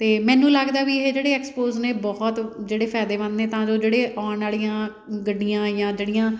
ਅਤੇ ਮੈਨੂੰ ਲੱਗਦਾ ਵੀ ਇਹ ਜਿਹੜੇ ਐਕਸਪੋਜ ਨੇ ਬਹੁਤ ਜਿਹੜੇ ਫਾਇਦੇਮੰਦ ਨੇ ਤਾਂ ਜੋ ਜਿਹੜੇ ਆਉਣ ਵਾਲੀਆਂ ਗੱਡੀਆਂ ਜਾਂ ਜਿਹੜੀਆਂ